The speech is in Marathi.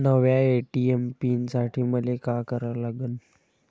नव्या ए.टी.एम पीन साठी मले का करा लागन?